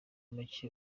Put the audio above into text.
make